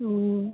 ಹ್ಞೂ